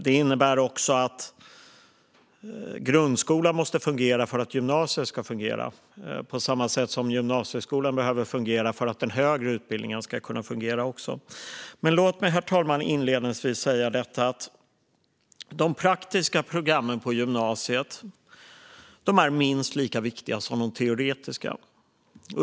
Det innebär också att grundskolan måste fungera för att gymnasiet ska fungera, på samma sätt som gymnasieskolan behöver fungera för att den högre utbildningen ska fungera. Låt mig, herr talman, inledningsvis säga att de praktiska programmen på gymnasiet är minst lika viktiga som de teoretiska.